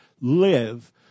live